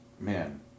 Man